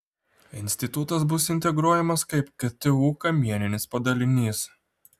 institutas bus integruojamas kaip ktu kamieninis padalinys